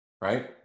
right